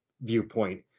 viewpoint